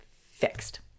fixed